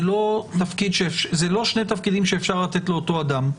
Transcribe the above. לא שני תפקידים שאפשר לתת לאותו אדם,